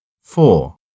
Four